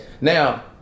Now